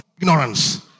ignorance